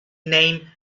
named